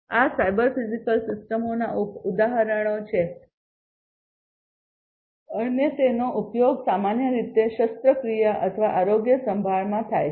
આ cyber physical સિસ્ટમોનાં ઉદાહરણો છે અને તેનો ઉપયોગ સામાન્ય રીતે શસ્ત્રક્રિયા અથવા આરોગ્યસંભાળમાં થાય છે